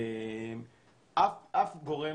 אף גורם,